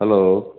hello